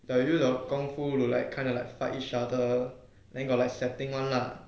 the you know 功夫 who like kind of like fight each other then got like setting [one] lah